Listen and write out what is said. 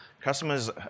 Customers